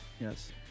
Yes